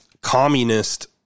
communist